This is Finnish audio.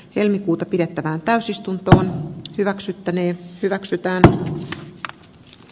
helmikuuta pidettävään täysistunto hyväksyttäneen hyväksytään jos ne